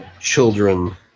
children